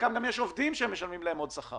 לחלקם גם יש עובדים שהם עדיין משלמים להם שכר.